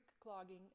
Clogging